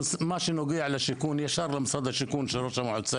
מה שנוגע לשיכון ישר למשרד השיכון שראש המועצה